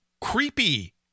creepy